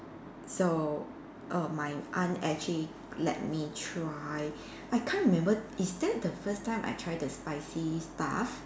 so err my aunt actually let me try I can't remember is that the first time I tried the spicy stuff